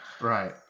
Right